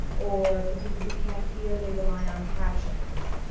or for people who can't hear, they rely on captions.